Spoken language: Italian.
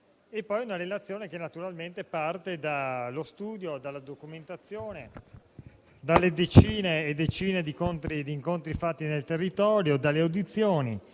È una relazione che parte dallo studio, dalla documentazione, dalle decine e decine di incontri fatti nel territorio, dalle audizioni.